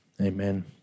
Amen